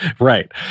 Right